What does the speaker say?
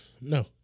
No